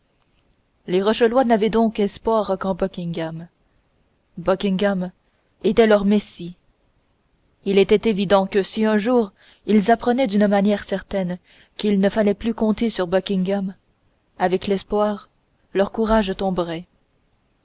les rochelois n'avaient donc espoir qu'en buckingham buckingham était leur messie il était évident que si un jour ils apprenaient d'une manière certaine qu'il ne fallait plus compter sur buckingham avec l'espoir leur courage tomberait